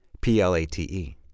P-L-A-T-E